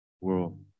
world